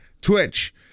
Twitch